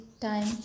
time